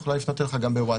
יכולה לפנות אליך גם בוואטסאפ.